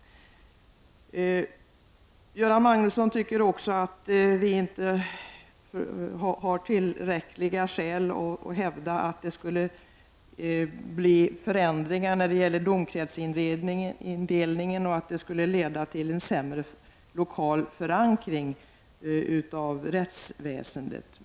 Göran Magnusson tycker också att vi inte har tillräckliga skäl att hävda att det blir förändringar när det gäller domkretsindelningen och att detta skulle leda till en sämre lokal förankring av rättsväsendet.